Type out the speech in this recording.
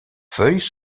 feuilles